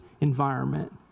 environment